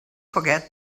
forget